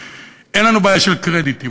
אין לנו בעיה של קרדיטים.